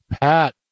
Pat